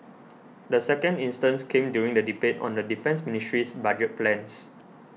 the second instance came during the debate on the Defence Ministry's budget plans